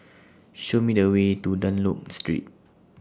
Show Me The Way to Dunlop Street